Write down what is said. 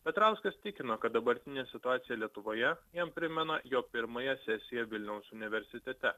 petrauskas tikino kad dabartinė situacija lietuvoje jam primena jog pirmoje sesijoje vilniaus universitete